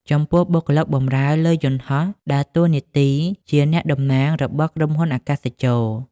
ចំពោះបុគ្គលិកបម្រើលើយន្តហោះដើរតួនាទីជាអ្នកតំណាងរបស់ក្រុមហ៊ុនអាកាសចរណ៍។